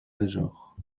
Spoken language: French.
major